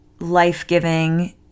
life-giving